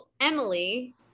Emily